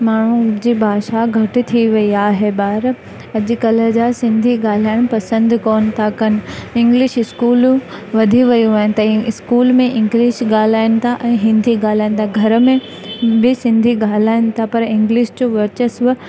माण्हुनि जी भाषा घटि थी वई आहे ॿार अॼुकल्ह जा सिंधी ॻाल्हाइणु पसंदि कोन था कनि इंग्लिश स्कूलूं वधी वियूं आहिनि त ई स्कूल में इंग्लिश ॻाल्हाइनि था ऐं हिंदी ॻाल्हाइनि था घर में सिंधी ॻाल्हाइनि था पर इंग्लिश जो वर्चस्व